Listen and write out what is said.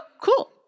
Cool